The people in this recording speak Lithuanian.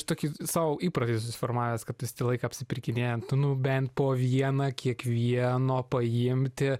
tokį sau įprotį susiformavęs kad visą laiką apsipirkinėjant tu nu bent po vieną kiekvieno paimti